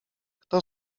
kto